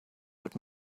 but